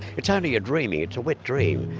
it's only a dreaming, it's a wet dream,